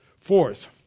Fourth